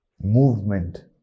movement